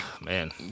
Man